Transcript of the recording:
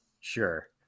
Sure